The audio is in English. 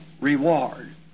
reward